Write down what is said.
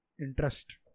interest